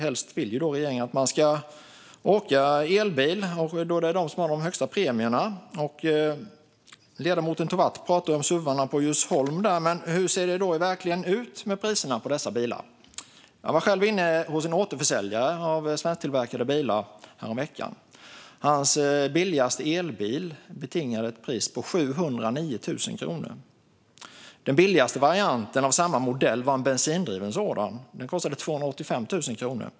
Helst vill ju regeringen att man ska åka elbil, då det är de som har de högsta premierna. Ledamoten Tovatt talade om suvarna i Djursholm. Men hur ser det egentligen ut med priserna på dessa bilar? Jag var själv inne hos en återförsäljare av svensktillverkade bilar häromveckan. Hans billigaste elbil betingade ett pris på 709 000 kronor. Den billigaste varianten av samma modell var en bensindriven sådan. Den kostade 285 000 kronor.